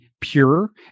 pure